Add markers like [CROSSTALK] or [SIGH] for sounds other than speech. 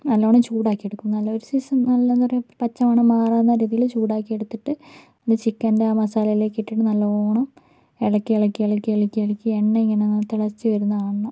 നല്ലോണം ചൂടാക്കി എടുക്കും നല്ല ഒരു [UNINTELLIGIBLE] പച്ചമണം മാറാവുന്ന രീതിയിൽ ചൂടാക്കി എടുത്തിട്ട് ഇതു ചിക്കൻ്റെ ആ മസാലയിലേക്ക് ഇട്ടിട്ട് നല്ലോണം ഇളക്കി ഇളക്കി ഇളക്കി ഇളക്കി ഇളക്കി എണ്ണ ഇങ്ങനെ നല്ല തിളച്ചു വരുന്നത് കാണണം